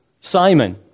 Simon